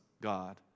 God